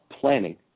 planning